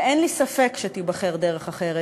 ואין לי ספק שתיבחר דרך אחרת,